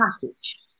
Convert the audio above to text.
package